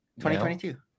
2022